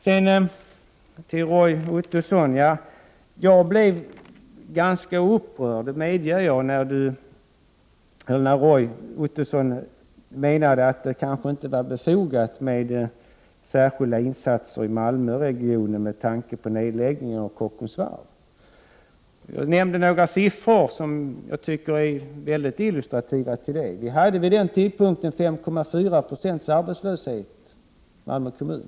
Jag måste säga att jag blev ganska upprörd när Roy Ottosson sade att det kanske inte var befogat med särskilda insatser i Malmöregionen, detta med tanke på nedläggningen av Kockums Varv. Jag nämnde några siffror som jag tycker är mycket illustrativa i det avseendet. Vid den aktuella tidpunkten hade vi en arbetslöshet på 5,4 96 i Malmö kommun.